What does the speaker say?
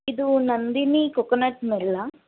ಇದು ನಂದಿನಿ ಕೊಕೊನಟ್ ಮಿಲ್ಲಾ